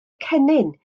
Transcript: cennin